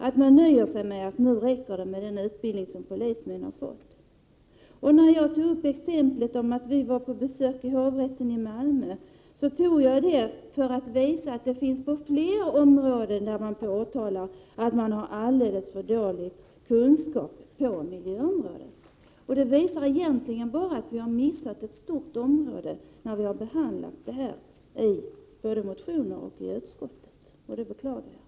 1988/89:103 säga: Det räcker med den utbildning som polismännen har fått. 25 april 1989 Jag talade om ett besök hos hovrätten i Malmö och jag anförde det 'Anslag till äfdagar: exemplet just för att visa att det är på fler områden som man talar om alldeles ä ä ä ä Kp - å väsendet och domstolsför dåliga kunskaper när det gäller miljön. Vi har alltså missat ett stort NER det område i samband med behandlingen av motioner och i övrigt i utskottet. Detta beklagar jag.